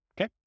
okay